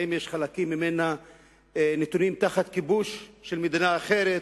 האם חלקים ממנה נתונים תחת כיבוש של מדינה אחרת,